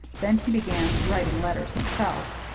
then he began writing letters himself.